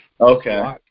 Okay